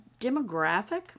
demographic